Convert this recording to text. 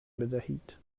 بدهید